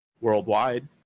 worldwide